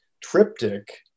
triptych